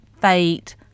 fate